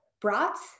brats